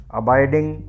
abiding